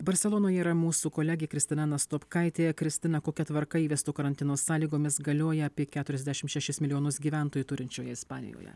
barselonoj yra mūsų kolegė kristina nastopkaitė kristina kokia tvarka įvesto karantino sąlygomis galioja apie keturiasdešim šešis milijonus gyventojų turinčioje ispanijoje